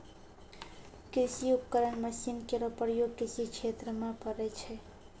कृषि उपकरण मसीन केरो प्रयोग कृषि क्षेत्र म पड़ै छै